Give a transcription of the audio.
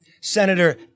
senator